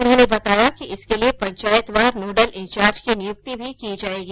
उन्होंने बताया कि इसके लिये पंचायतवार नोडल इन्चार्ज की नियुक्ति भी की जायेगी